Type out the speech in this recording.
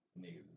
niggas